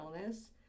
illness